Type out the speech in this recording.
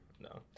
no